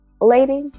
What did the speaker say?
Lady